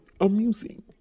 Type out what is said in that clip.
amusing